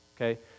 okay